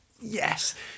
yes